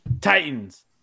Titans